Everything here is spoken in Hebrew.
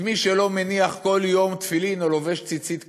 מי שלא מניח כל יום תפילין או לובש ציצית כמוני,